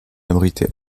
abritait